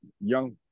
young